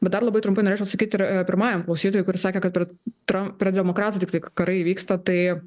bet dar labai trumpai norėčiau atsakyti ir pirmajam klausytojui kuris sakė kad per tram prie demokratų tiktai karai vyksta tai